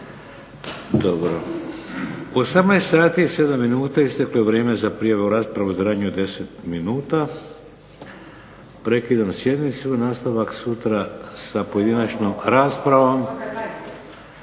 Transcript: Dobro. U 18,07 sati isteklo je vrijeme za prijavu rasprave u trajanju od 10 minuta. Prekidam sjednicu. Nastavak sutra sa pojedinačnom raspravom.